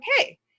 okay